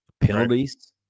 Penalties